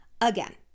Again